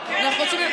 אתה רוצה לתת לי לענות?